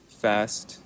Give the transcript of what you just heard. fast